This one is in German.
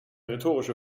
rhetorische